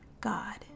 god